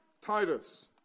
Titus